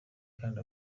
kandi